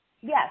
Yes